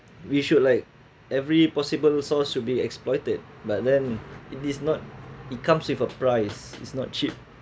we should like every possible source should be exploited but then it is not it comes with a price it's not cheap